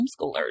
homeschoolers